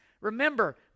Remember